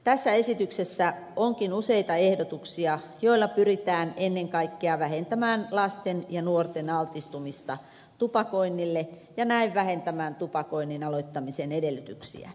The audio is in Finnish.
tässä esityksessä onkin useita ehdotuksia joilla pyritään ennen kaikkea vähentämään lasten ja nuorten altistumista tupakoinnille ja näin vähentämään tupakoinnin aloittamisen edellytyksiä